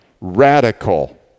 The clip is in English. Radical